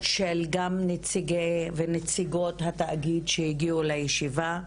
גם של נציגי ונציגות התאגיד שהגיעו לישיבה.